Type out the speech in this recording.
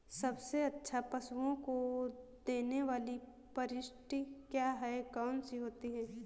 सबसे अच्छा पशुओं को देने वाली परिशिष्ट क्या है? कौन सी होती है?